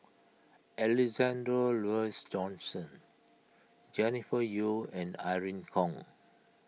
Alexander Laurie Johnston Jennifer Yeo and Irene Khong